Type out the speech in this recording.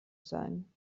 sein